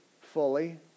fully